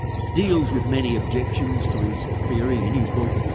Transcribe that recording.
he deals with many objections to his theory in his book,